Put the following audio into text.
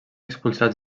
expulsats